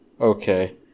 Okay